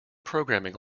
programming